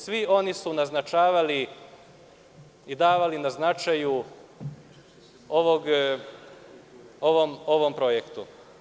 Svi oni su naznačavali i davali na značaju ovom projektu.